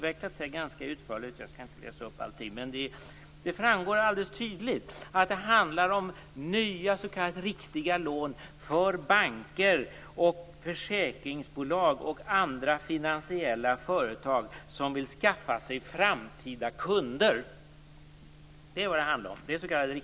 Detta är ganska utförligt utvecklat i motionen - jag skall inte läsa upp allting. Det framgår dock alldeles tydligt att det handlar om nya s.k. riktiga lån för banker, försäkringsbolag och andra finansiella företag som vill skaffa sig framtida kunder. Det är vad s.k. riktiga lån handlar om.